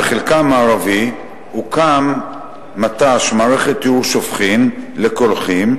בחלקה המערבי הוקמה מערכת טיהור שפכים לקולחין,